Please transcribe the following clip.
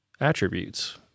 attributes